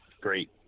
great